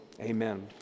Amen